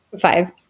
five